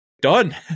done